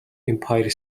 empire